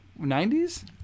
90s